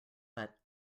but